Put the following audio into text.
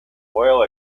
oil